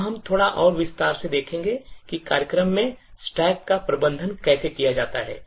अब हम थोड़ा और विस्तार से देखेंगे कि कार्यक्रम में stack का प्रबंधन कैसे किया जाता है